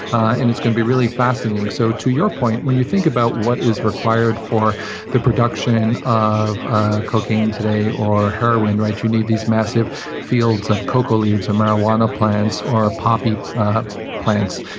and it's going to be really fascinating. so to your point, when you think about what is required for the production of ah cocaine today or heroin, you need these massive fields of coca leaves and marijuana plants or poppy plants,